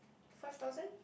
five thousand